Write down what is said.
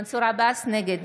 נגד